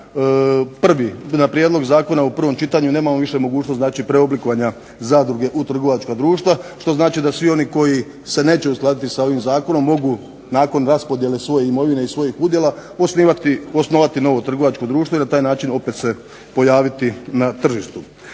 prvi, na prijedlog zakona u prvom čitanju nemamo više mogućnost znači preoblikovanja zadruge u trgovačka društva što znači da svi oni koji se neće uskladiti sa ovim zakonom mogu nakon raspodjele svoje imovine i svojih udjela osnovati novo trgovačko društvo i na taj način opet se pojaviti na tržištu.